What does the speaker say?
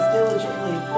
diligently